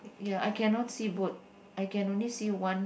ya I cannot see both I can only see one